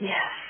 Yes